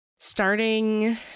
starting